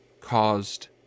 caused